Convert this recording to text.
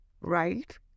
right